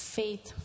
faith